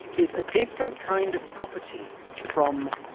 is a different kind of property from